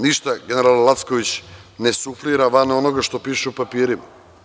Ništa general Lacković ne suflira van onoga što piše u papirima.